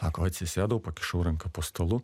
sako atsisėdau pakišau ranką po stalu